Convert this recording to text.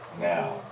now